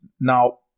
Now